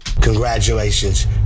Congratulations